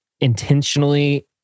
intentionally